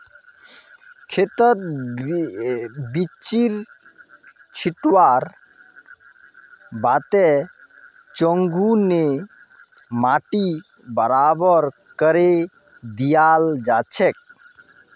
खेतत बिच्ची छिटवार बादे चंघू ने माटी बराबर करे दियाल जाछेक